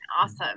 awesome